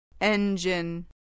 Engine